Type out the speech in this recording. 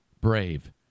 brave